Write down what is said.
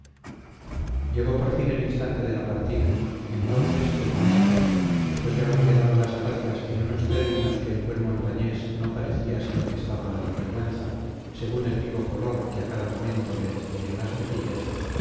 llegó por fin el instante de la partida y entonces el maestre después de haberle dado las gracias en unos términos que el buen montañés no parecía sino que estaba a la vergüenza según el vivo color que a cada momento le encendía las mejillas